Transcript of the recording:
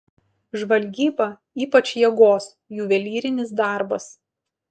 žvalgyba ypač jėgos juvelyrinis darbas